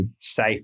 safe